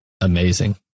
Amazing